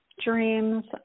dreams